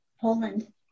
Poland